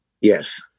Yes